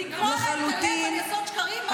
לקרוע להם את הלב על יסוד שקרים?